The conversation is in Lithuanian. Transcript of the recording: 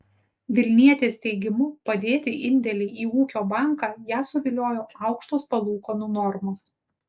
vilnietės teigimu padėti indėlį į ūkio banką ją suviliojo aukštos palūkanų normos